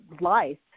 life